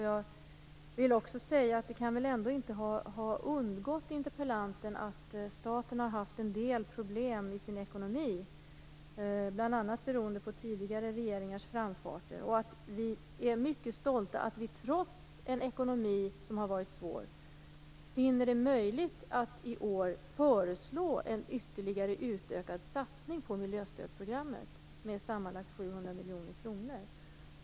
Jag vill också säga att det väl ändå inte kan ha undgått interpellanten att staten har haft en del problem med sin ekonomi, bl.a. beroende på tidigare regeringars framfart. Vi är mycket stolta att vi, trots en ekonomi som har varit svår, finner det möjligt att i år föreslå en ytterligare utökad satsning på miljöstödsprogrammet med sammanlagt 700 miljoner kronor.